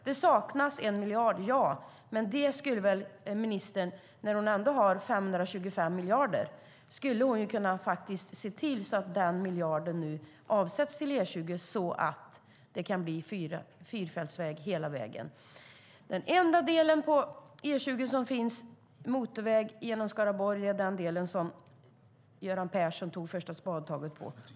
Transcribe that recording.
Det saknas 1 miljard, men med 522 miljarder kan väl ministern se till att denna miljard avsätts till E20 så att det blir fyrfältsväg hela vägen. Den enda delen av E20 genom Skaraborg som är motorväg är den som Göran Persson tog första spadtaget på.